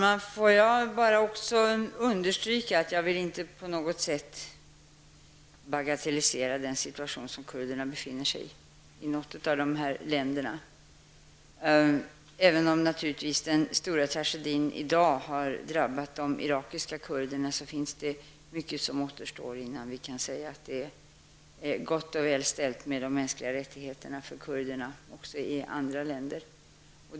Herr talman! Jag vill understryka att jag inte på något sätt vill bagatellisera den situation som kurderna befinner sig i när det gäller något av dessa länder. Även om den stora tragedin i dag har drabbat de irakiska kurderna är det mycket som återstår innan man kan säga att det är gott och väl ställt med de mänskliga rättigheterna för kurder också i andra länder.